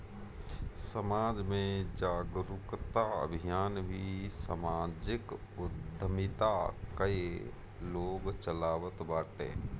समाज में जागरूकता अभियान भी समाजिक उद्यमिता कअ लोग चलावत बाटे